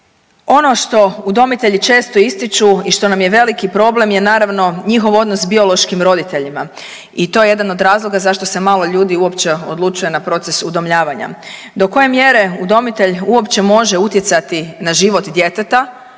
Ono što udomitelji često ističu i što nam je veliki problem je naravno njihov odnos s biološkim roditeljima i to je jedan od razloga zašto se malo ljudi uopće odlučuje na proces udomljavanja. Do koje mjere udomitelj uopće može utjecati na život djeteta,